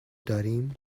داریم